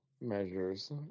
measures